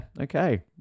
okay